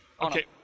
Okay